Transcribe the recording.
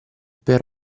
per